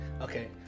Okay